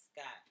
Scott